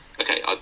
okay